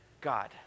God